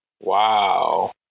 Wow